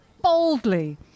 boldly